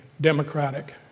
democratic